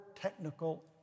technical